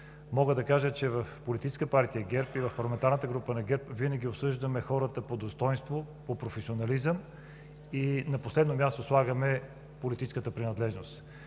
Мога да кажа, че в Политическа партия ГЕРБ и в парламентарната група на ГЕРБ винаги обсъждаме хората по достойнство, по професионализъм и на последно място слагаме политическата принадлежност.